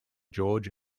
george